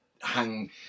hang